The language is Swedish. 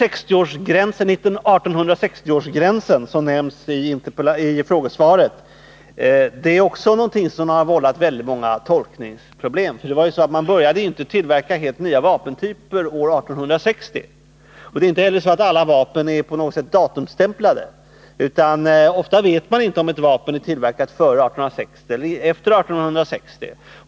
1860-årsgränsen, som nämns i frågesvaret, har också vållat många tolkningsproblem. Det var inte så att man började tillverka helt nya vapentyper år 1860. Det är inte heller så att alla vapen är på något sätt datumstämplade. Ofta vet man inte om ett vapen är tillverkat före eller efter 1860.